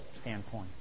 standpoint